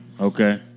Okay